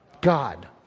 God